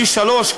פי-שלושה,